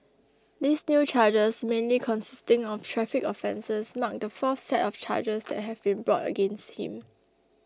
these new charges mainly consisting of traffic offences mark the fourth set of charges that have been brought against him